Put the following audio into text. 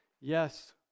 yes